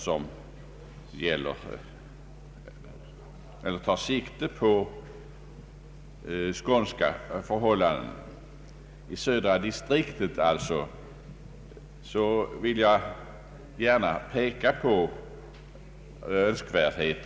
Jag skall för Öövrigt, herr talman, inskränka mig till att här endast peka på ett par konkreta fall, som gäller Skånekusten, alltså södra lotsdistriktet.